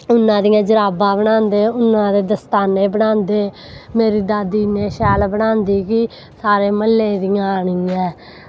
उन्ना दियां जराबां बनांदे उन्ना दे दस्ताने बनांदे मेरी दादी इन्ने शैल बनांदी कि सारे म्ह्ल्ले दियां आनियै